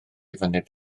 fyned